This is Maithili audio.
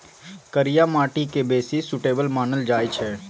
करिया माटि केँ बेसी सुटेबल मानल जाइ छै